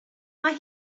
mae